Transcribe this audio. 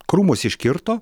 krūmus iškirto